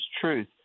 truth